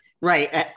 Right